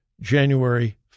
January